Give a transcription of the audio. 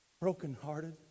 Brokenhearted